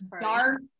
dark